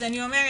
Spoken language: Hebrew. אז אני אומרת